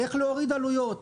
איך להוריד עלויות.